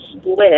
split